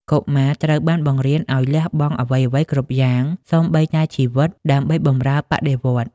កុមារត្រូវបានបង្រៀនឱ្យលះបង់អ្វីៗគ្រប់យ៉ាង សូម្បីតែជីវិត ដើម្បីបម្រើបដិវត្តន៍។